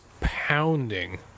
pounding